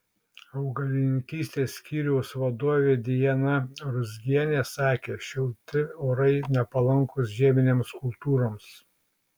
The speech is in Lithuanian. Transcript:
augalininkystės skyriaus vadovė dijana ruzgienė sakė šilti orai nepalankūs žieminėms kultūroms